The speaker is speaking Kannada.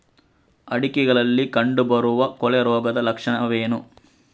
ಅಡಿಕೆಗಳಲ್ಲಿ ಕಂಡುಬರುವ ಕೊಳೆ ರೋಗದ ಲಕ್ಷಣವೇನು?